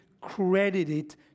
credited